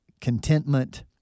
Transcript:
contentment